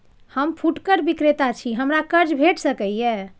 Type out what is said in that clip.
हम फुटकर विक्रेता छी, हमरा कर्ज भेट सकै ये?